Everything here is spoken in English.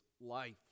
life